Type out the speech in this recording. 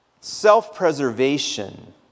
Self-preservation